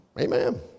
Amen